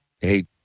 hey